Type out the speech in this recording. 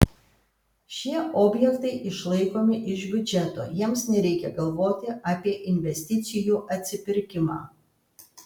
šie objektai išlaikomi iš biudžeto jiems nereikia galvoti apie investicijų atsipirkimą